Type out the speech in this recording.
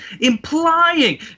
implying